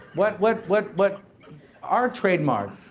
what, what, what, but our trademark,